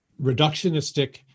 reductionistic